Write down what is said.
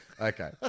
Okay